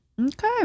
okay